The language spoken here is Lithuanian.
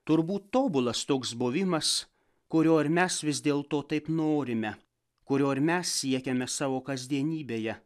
turbūt tobulas toks buvimas kurio ir mes vis dėl to taip norime kurio ir mes siekiame savo kasdienybėje